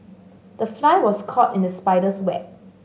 the fly was caught in the spider's web